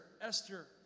Esther